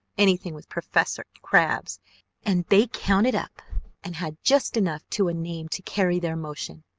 anything with professor crabbs and they counted up and had just enough to a name to carry their motion.